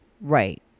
Right